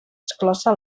exclosa